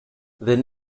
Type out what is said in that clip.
then